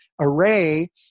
array